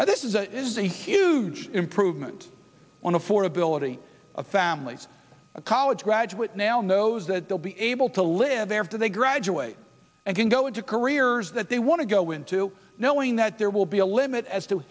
this is a is a huge improvement on affordability of families a college graduate now knows that they'll be able to live after they graduate and can go into careers that they want to go into knowing that there will be a limit as to